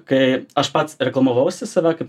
kai aš pats reklamavausi save kaip